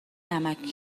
نمکـ